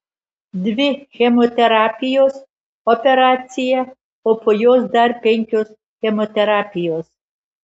dvi chemoterapijos operacija o po jos dar penkios chemoterapijos